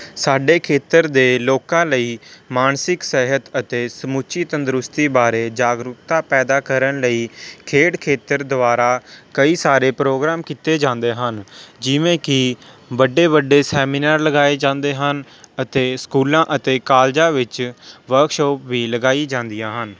ਸਾਡੇ ਖੇਤਰ ਦੇ ਲੋਕਾਂ ਲਈ ਮਾਨਸਿਕ ਸਿਹਤ ਅਤੇ ਸਮੁੱਚੀ ਤੰਦਰੁਸਤੀ ਬਾਰੇ ਜਾਗਰੂਕਤਾ ਪੈਦਾ ਕਰਨ ਲਈ ਖੇਡ ਖੇਤਰ ਦੁਆਰਾ ਕਈ ਸਾਰੇ ਪ੍ਰੋਗਰਾਮ ਕੀਤੇ ਜਾਂਦੇ ਹਨ ਜਿਵੇਂ ਕਿ ਵੱਡੇ ਵੱਡੇ ਸੈਮੀਨਾਰ ਲਗਾਏ ਜਾਂਦੇ ਹਨ ਅਤੇ ਸਕੂਲਾਂ ਅਤੇ ਕਾਲਜਾਂ ਵਿੱਚ ਵਰਕਸ਼ੋਪ ਵੀ ਲਗਾਈ ਜਾਂਦੀਆਂ ਹਨ